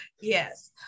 Yes